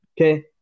okay